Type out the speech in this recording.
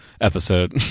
episode